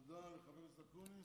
תודה לחבר הכנסת אקוניס.